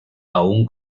aun